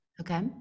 Okay